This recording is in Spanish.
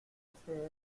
este